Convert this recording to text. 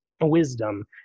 wisdom